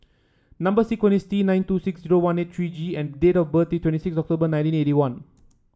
number sequence is T nine two six zero one eight three G and date of birth is twenty six October nineteen eighty one